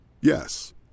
Yes